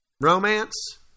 Romance